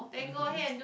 mmhmm